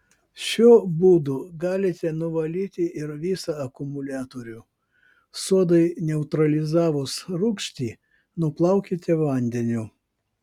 šiuo būdu galite nuvalyti ir visą akumuliatorių sodai neutralizavus rūgštį nuplaukite vandeniu